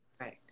right